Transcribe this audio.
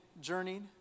journeyed